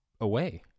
away